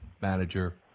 manager